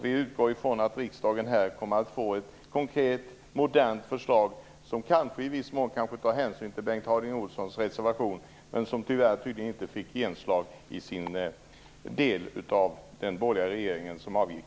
Vi utgår från att riksdagen här kommer att få ett konkret, modernt förslag, som kanske i viss mån tar hänsyn till Bengt Harding Olsons reservation - den som tyvärr inte fick genomslag i hans del av den borgerliga regeringen, som avgick